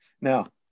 Now